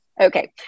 Okay